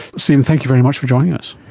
stephen, thanks very much for joining us.